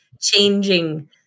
changing